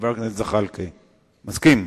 חבר הכנסת זחאלקה, מסכים?